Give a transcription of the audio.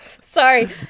Sorry